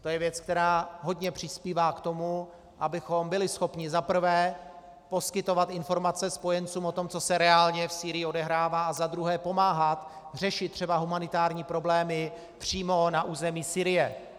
To je věc, která hodně přispívá k tomu, abychom byli schopni za prvé poskytovat informace spojencům o tom, co se reálně v Sýrii odehrává, a za druhé pomáhat řešit třeba humanitární problémy přímo na území Sýrie.